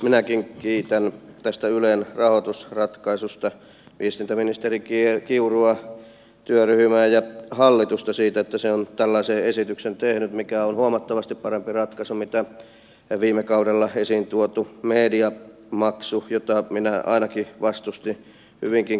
minäkin kiitän tästä ylen rahoitusratkaisusta viestintäministeri kiurua työryhmää ja hallitusta siitä että se on tällaisen esityksen tehnyt mikä on huomattavasti parempi ratkaisu kuin viime kaudella esiin tuotu mediamaksu jota minä ainakin vastustin hyvinkin kiivaasti